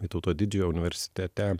vytauto didžiojo universitete